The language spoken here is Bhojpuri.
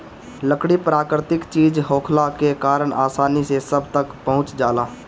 लकड़ी प्राकृतिक चीज होखला के कारण आसानी से सब तक पहुँच जाला